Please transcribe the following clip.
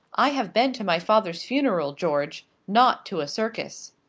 i have been to my father's funeral, george not to a circus.